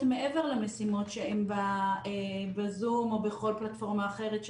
מעבר למשימות שהן בזום או בכל פלטפורמה אחרת,